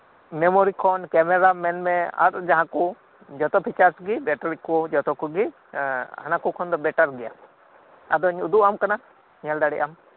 ᱢᱮᱢᱚᱨᱤᱠᱷᱚᱱ ᱠᱮᱢᱮᱨᱟᱢ ᱢᱮᱱ ᱟᱨ ᱡᱟᱦᱟᱸᱠᱩ ᱡᱚᱛᱚᱯᱷᱤᱪᱟᱨᱥ ᱜᱤ ᱵᱮᱴᱟᱨᱤᱠᱩ ᱡᱚᱛᱚᱠᱚᱜᱤᱦᱟᱱᱟᱠᱩ ᱠᱷᱚᱱ ᱫᱚ ᱵᱮᱴᱟᱨᱜᱮᱭᱟ ᱟᱫᱚᱧ ᱩᱫᱩᱜ ᱟᱢᱠᱟᱱᱟ ᱧᱮᱞᱫᱟᱲᱤᱭᱟᱜ ᱟᱢ